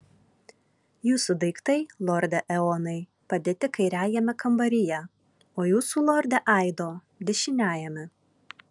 jūsų daiktai lorde eonai padėti kairiajame kambaryje o jūsų lorde aido dešiniajame